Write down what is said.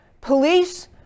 Police